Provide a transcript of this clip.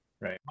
Right